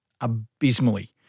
abysmally